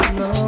no